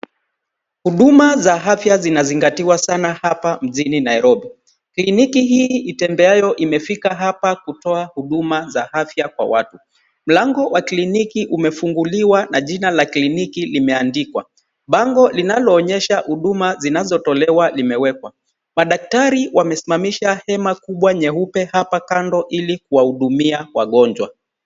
Huduma za afya zinazingatiwa sana hapa mjini Nairobi. Kliniki hii itembeayo imefika hapa kutoa huduma za afya kwa watu. Mlango wa kliniki umefunguliwa na jina la kliniki limeandikwa. Bango linaloonyesha huduma zinazotolewa limewekwa. Madaktari wamesimamisha hema kubwa nyeupe hapa kando ili kuwahudumia wagonjwa.